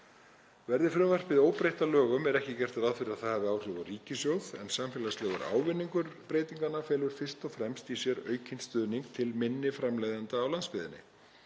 Verði frumvarpið óbreytt að lögum er ekki gert ráð fyrir að það hafi áhrif á ríkissjóð en samfélagslegur ávinningur breytinganna felur fyrst og fremst í sér aukinn stuðning til minni framleiðenda á landsbyggðinni.